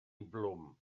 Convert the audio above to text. blwm